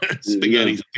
Spaghetti